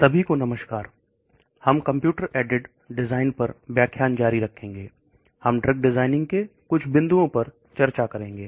सभी को नमस्कार हम कंप्यूटर एडेड ड्रग डिजाइन पर व्याख्यान जारी रखी है हम ट्रेनिंग के कुछ बिंदुओं पर चर्चा करेंगे